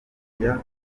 kujyaho